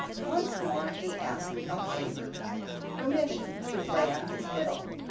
once more he asked a favour permission to play on his fiddle,